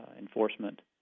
enforcement